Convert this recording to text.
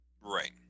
Right